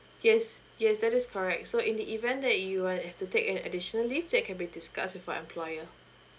yes yes that is correct so in the event that you would have to take an additional leave that can be discussed with your employer